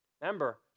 remember